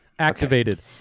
Activated